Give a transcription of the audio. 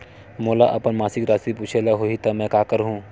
मोला अपन मासिक राशि पूछे ल होही त मैं का करहु?